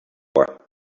more